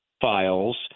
files